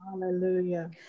Hallelujah